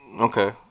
Okay